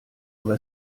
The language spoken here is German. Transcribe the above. aber